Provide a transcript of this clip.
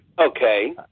Okay